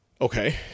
Okay